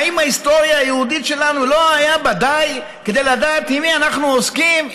האם ההיסטוריה היהודית שלנו לא היה בה די לדעת במי אנחנו עוסקים,